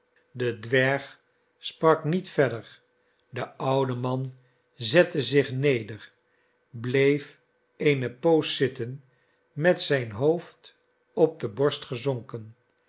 de dwerg sprak niet verder de oude man zette zich neder bleef eene poos zitten met zijn hoofd op de borst gezonken